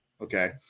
Okay